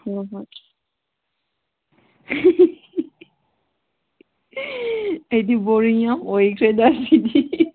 ꯍꯣꯏ ꯍꯣꯏ ꯑꯩꯗꯤ ꯕꯣꯔꯤꯡ ꯌꯥꯝ ꯑꯣꯏꯈ꯭ꯔꯦꯗ ꯑꯩꯗꯤ